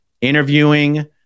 interviewing